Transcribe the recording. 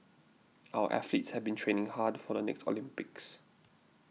our athletes have been training hard for the next Olympics